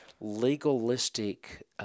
legalistic